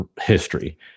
history